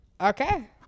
Okay